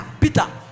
Peter